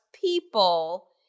people